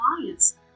clients